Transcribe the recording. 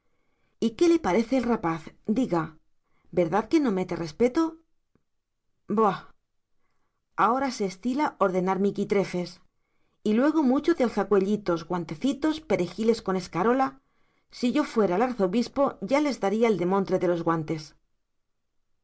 y qué le parece el rapaz diga verdad que no mete respeto boh ahora se estila ordenar miquitrefes y luego mucho de alzacuellitos guantecitos perejiles con escarola si yo fuera el arzobispo ya les daría el demontre de los guantes era